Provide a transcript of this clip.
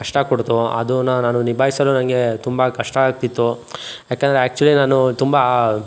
ಕಷ್ಟ ಕೊಡ್ತು ಅದುನ್ನ ನಾನು ನಿಭಾಯ್ಸಲು ನಂಗೆ ತುಂಬ ಕಷ್ಟ ಆಗ್ತಿತ್ತು ಯಾಕಂದರೆ ಆ್ಯಕ್ಚುಲಿ ನಾನು ತುಂಬ